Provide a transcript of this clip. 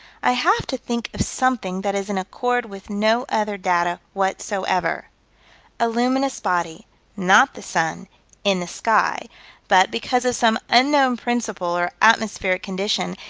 i have to think of something that is in accord with no other data whatsoever a luminous body not the sun in the sky but, because of some unknown principle or atmospheric condition,